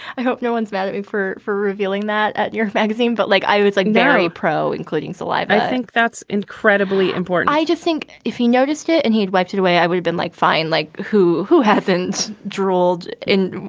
i hope no one's mad at me for for revealing that at your magazine. but like, i was like very pro, including saliva. i think that's incredibly important. i just think if he noticed it and he'd wiped it away, i would've been like, fine, like who? who hasn't drooled in?